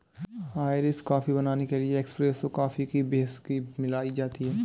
Irish coffee बनाने के लिए एस्प्रेसो कॉफी में व्हिस्की मिलाई जाती है